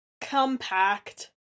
compact